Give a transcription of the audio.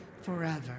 forever